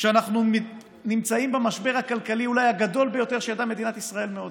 כשאנחנו נמצאים במשבר הכלכלי אולי הגדול ביותר שידעה מדינת ישראל מעודה?